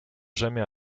jamais